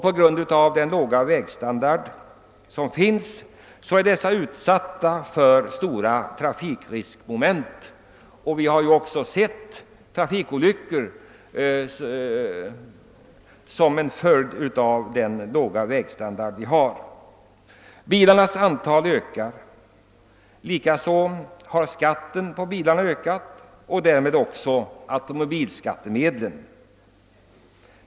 På grund av den låga vägstandarden utsätts barnen för stora trafikrisker, och det har ju också hänt trafikolyckor till följd av den dåliga vägstandarden. Bilarnas antal stiger och skatten har också ökat och därmed automobilskattemedlen.